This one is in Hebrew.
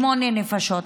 שמונה נפשות?